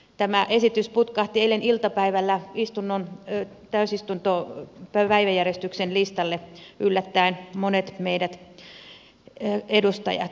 tämä esitys putkahti eilen iltapäivällä täysistunnon päiväjärjestykseen yllättäen monet meidät edustajat